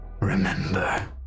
remember